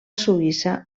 suïssa